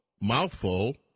Mouthful